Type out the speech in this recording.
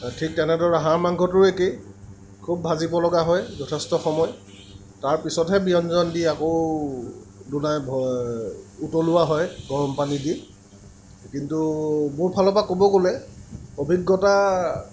ঠিক তেনেদৰে হাঁহ মাংসটোৰো একেই খুব ভাজিবলগীয়া হয় যথেষ্ট সময় তাৰ পিছতহে ব্যঞ্জন দি আকৌ দুনাই ভ উতলোৱা হয় গৰম পানী দি কিন্তু মোৰ ফালৰ পৰা ক'ব গ'লে অভিজ্ঞতা